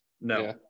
No